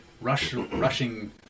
rushing